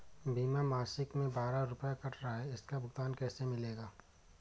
बीमा मासिक में बारह रुपय काट रहा है इसका भुगतान कैसे मिलेगा?